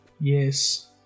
Yes